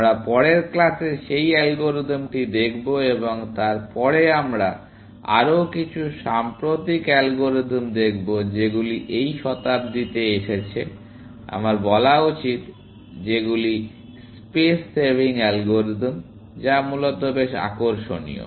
আমরা পরের ক্লাসে সেই অ্যালগরিদমটি দেখব এবং তারপরে আমরা আরও কিছু সাম্প্রতিক অ্যালগরিদম দেখব যেগুলি এই শতাব্দীতে এসেছে আমার বলা উচিত যেগুলি স্পেস সেভিং অ্যালগরিদম যা মূলত বেশ আকর্ষণীয়